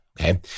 okay